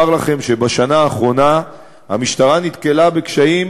אומר לכם שבשנה האחרונה המשטרה נתקלה בקשיים